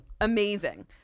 Amazing